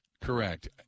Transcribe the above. Correct